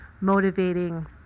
motivating